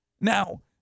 Now